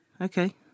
Okay